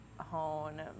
hone